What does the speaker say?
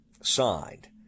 signed